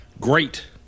Great